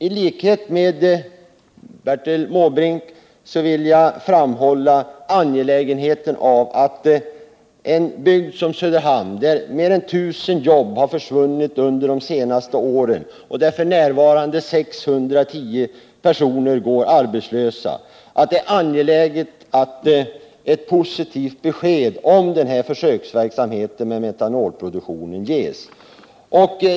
I likhet med Bertil Måbrink vill jag framhålla det angelägna i att en bygd som Söderhamn, där över 1 000 jobb har försvunnit de senaste åren och där f.n. 610 personer går arbetslösa, får ett positivt besked om försöksverksamheten med metanolproduktion.